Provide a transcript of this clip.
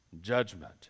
judgment